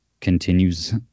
continues